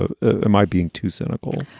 ah am i being too cynical?